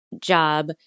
job